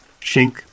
Shink